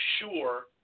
sure